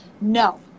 no